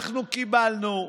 "אנחנו קיבלנו"